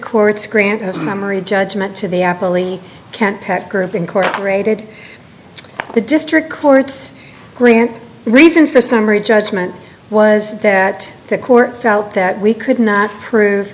court's grant of memory judgment to the apple e can't pack group incorporated the district court's grant reason for summary judgment was that the court felt that we could not prove